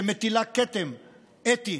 שמטילה כתם אתי